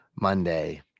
Monday